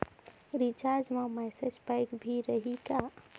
Recharge मा message pack भी रही का?